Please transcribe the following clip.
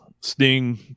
Sting